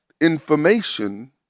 information